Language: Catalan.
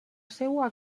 seua